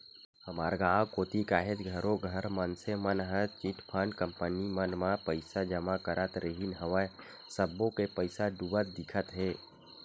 हमर गाँव कोती काहेच घरों घर मनसे मन ह चिटफंड कंपनी मन म पइसा जमा करत रिहिन हवय सब्बो के पइसा डूबत दिखत हे